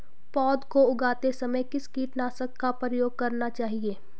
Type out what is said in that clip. पौध को उगाते समय किस कीटनाशक का प्रयोग करना चाहिये?